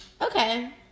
Okay